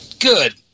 Good